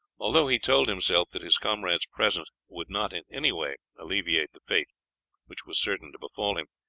although he told himself that his comrade's presence would not in any way alleviate the fate which was certain to befall him.